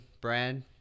brad